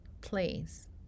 please